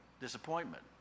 disappointment